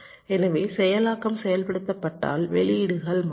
எனவே செயலாக்கம் செயல்படுத்தப்பட்டால் வெளியீடுகள் மாறும்